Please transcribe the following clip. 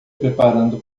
preparando